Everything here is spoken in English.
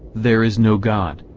there is no god,